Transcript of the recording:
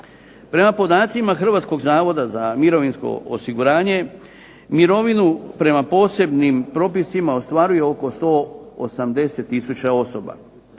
Prema podacima Hrvatskog zavoda za mirovinsko osiguranje mirovinu prema posebnim propisima ostvaruje oko 180 tisuća osoba.